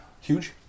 Huge